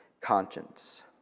conscience